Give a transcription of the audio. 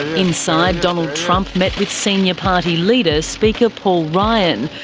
inside, donald trump met with senior party leader, speaker paul ryan.